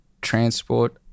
transport